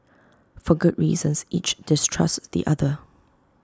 for good reasons each distrusts the other